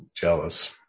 jealous